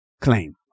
claim